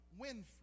Winfrey